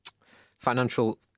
financial